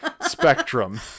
spectrum